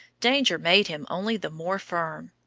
danger made him only the more firm.